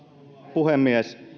puhemies